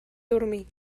dormir